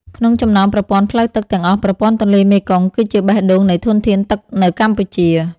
ក្នុងចំណោមប្រព័ន្ធផ្លូវទឹកទាំងអស់ ប្រព័ន្ធទន្លេមេគង្គគឺជាបេះដូងនៃធនធានទឹកនៅកម្ពុជា។